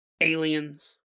aliens